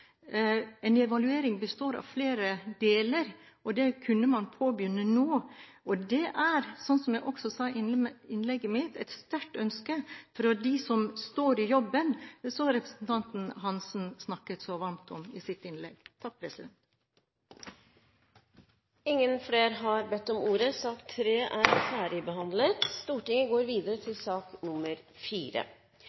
En evaluering består av flere deler, og det kunne man påbegynne nå, og dét er – som jeg også sa i innlegget mitt – et sterkt ønske fra dem som står i jobben, som representanten Hansen snakket så varmt om i sitt innlegg. Flere har ikke bedt om ordet til sak nr. 3. Verden svikter de funksjonshemmede hver eneste dag. Det er